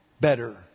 better